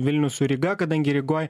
vilnių su ryga kadangi rygoj